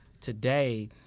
today